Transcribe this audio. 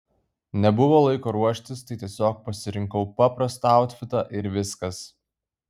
nebuvo laiko ruoštis tai tiesiog pasirinkau paprastą autfitą ir viskas